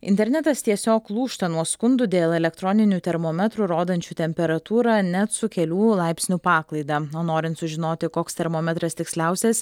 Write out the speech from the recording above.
internetas tiesiog lūžta nuo skundų dėl elektroninių termometrų rodančių temperatūrą net su kelių laipsnių paklaida norint sužinoti koks termometras tiksliausias